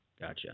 gotcha